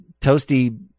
toasty